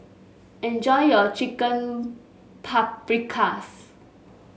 enjoy your Chicken Paprikas